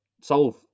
solve